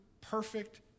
perfect